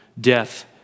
death